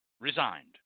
resigned